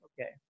okay